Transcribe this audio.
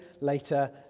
later